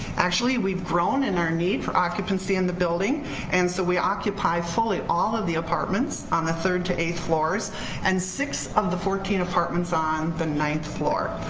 actually we've grown in our need for occupancy in the building and so we occupy fully all of the apartments on the third to eighth floors and six of the fourteen apartments on the ninth floor.